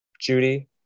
Judy